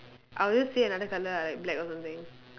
I will just say another colour ah like black or something